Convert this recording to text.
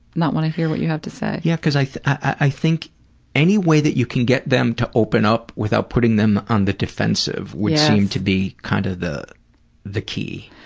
not want to hear what you have to say. yeah, because i i think any way that you can get them to open up without putting them on the defensive would seem to be kind of the the key.